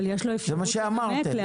מה שאמרתם.